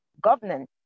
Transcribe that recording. governance